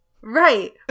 Right